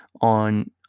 on